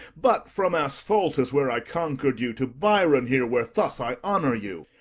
but from asphaltis, where i conquer'd you, to byron here, where thus i honour you?